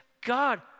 God